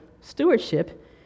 stewardship